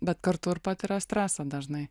bet kartu ir patiria stresą dažnai